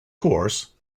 course